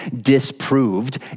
disproved